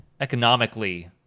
economically